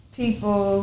people